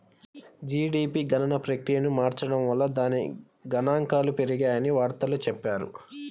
GDP గణన ప్రక్రియను మార్చడం వల్ల దాని గణాంకాలు పెరిగాయని వార్తల్లో చెప్పారు